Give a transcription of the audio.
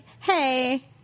hey